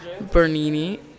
Bernini